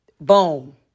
Boom